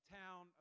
town